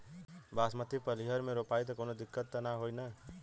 बासमती पलिहर में रोपाई त कवनो दिक्कत ना होई न?